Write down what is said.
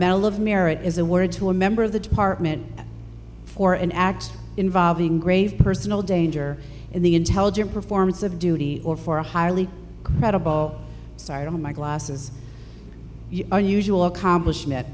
medal of merit is awarded to a member of the department for an act involving grave personal danger in the intelligent performance of duty or for a highly credible site on my glasses unusual accomplishment